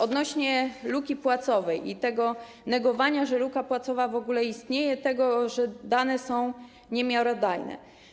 Odnośnie do luki płacowej i negowania, że luka płacowa w ogóle istnieje, i tego, że dane są niemiarodajne.